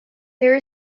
there